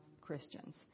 Christians